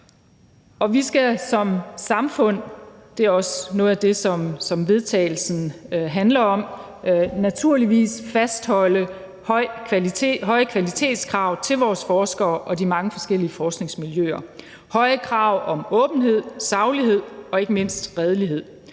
Vi skal som samfund, det er også noget af det, som vedtagelsen handler om, naturligvis fastholde høje kvalitetskrav til vores forskere og de mange forskellige forskningsmiljøer – høje krav om åbenhed, saglighed og ikke mindst redelighed